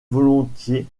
volontiers